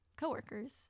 coworkers